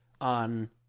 On